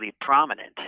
prominent